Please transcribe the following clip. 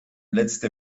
letzte